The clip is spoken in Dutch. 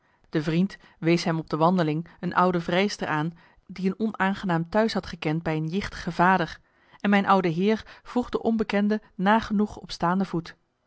de vriend wees hem op de wandeling een oude vrijster aan die een onaangenaam t huis had gekend bij een jichtige vader en mijn oude heer vroeg de onbekende nagenoeg op staande voet